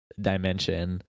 dimension